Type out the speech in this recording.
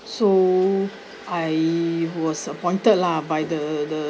so I was disappointed lah by the the